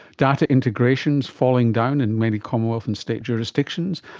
data integration is falling down in many commonwealth and state jurisdictions.